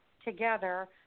together